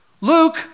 luke